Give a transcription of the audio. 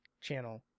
channel